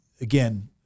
again